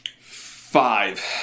Five